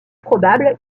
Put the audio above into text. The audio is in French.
probable